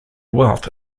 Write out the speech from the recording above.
wealth